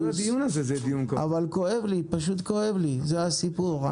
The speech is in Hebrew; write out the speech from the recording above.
אבל כואב לי, פשוט כואב לי, זה הסיפור.